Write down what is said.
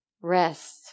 Rest